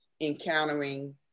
encountering